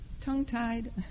tongue-tied